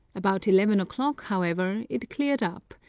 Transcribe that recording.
about eleven o'clock, however, it cleared up,